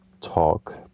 talk